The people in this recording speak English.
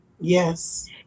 Yes